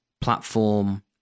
platform